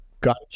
got